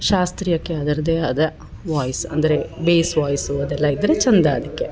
ಶಾಸ್ತ್ರೀಯಕ್ಕೆ ಅದರದೇ ಆದ ವಾಯ್ಸ್ ಅಂದರೆ ಬೇಸ್ ವಾಯ್ಸು ಅದೆಲ್ಲ ಇದ್ದರೆ ಚಂದ ಅದಕ್ಕೆ